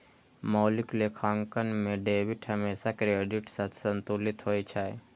मौलिक लेखांकन मे डेबिट हमेशा क्रेडिट सं संतुलित होइ छै